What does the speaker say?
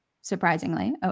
surprisingly